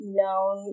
known